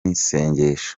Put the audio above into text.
isengesho